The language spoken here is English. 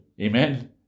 Amen